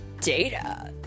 Data